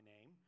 name